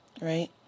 right